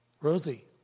Rosie